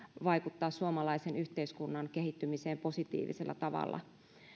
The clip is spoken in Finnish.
vaikuttaa suomalaisen yhteiskunnan kehittymiseen positiivisella tavalla